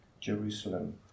Jerusalem